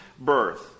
birth